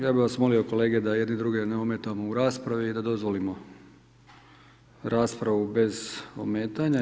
Ja bih vas molio kolege da jedni druge ne ometamo u raspravi i da dozvolimo raspravu bez ometanja.